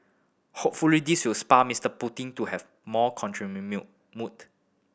hopefully this will spur Mister Putin to have more contract mid meal mood